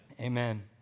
amen